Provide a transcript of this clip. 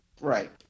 right